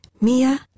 Mia